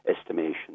estimation